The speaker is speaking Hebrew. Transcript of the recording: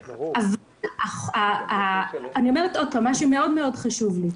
שוב, מה שמאוד חשוב לי,